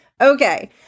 Okay